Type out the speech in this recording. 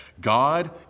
God